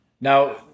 Now